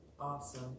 awesome